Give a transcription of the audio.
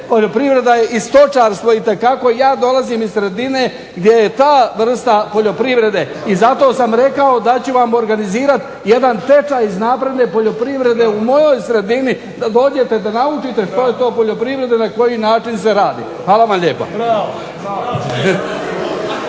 Poljoprivreda je i stočarstvo, itekako. Ja dolazim iz sredine gdje je ta vrsta poljoprivrede i zato sam rekao da ću vam organizirati jedan tečaj iz napredne poljoprivrede u mojoj sredini, da dođete, da naučite što je to poljoprivreda i na koji način se radi. Hvala vam lijepa.